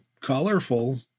colorful